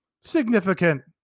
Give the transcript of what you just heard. significant